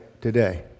today